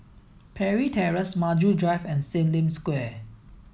Parry Terrace Maju Drive and Sim Lim Square